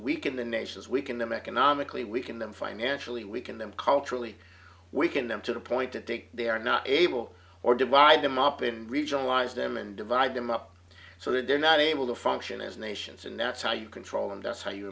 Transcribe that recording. weaken the nations weaken them economically weaken them financially weaken them culturally weaken them to the point to take they are not able or divide them up and regionalized them and divide them up so that they're not able to function as nations and that's how you control and that's how you